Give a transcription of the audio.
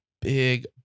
big